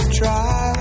try